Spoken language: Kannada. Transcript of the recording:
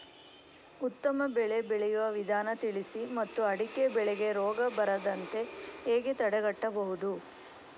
ಉತ್ತಮ ಬೆಳೆ ಬೆಳೆಯುವ ವಿಧಾನ ತಿಳಿಸಿ ಮತ್ತು ಅಡಿಕೆ ಬೆಳೆಗೆ ರೋಗ ಬರದಂತೆ ಹೇಗೆ ತಡೆಗಟ್ಟಬಹುದು?